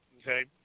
okay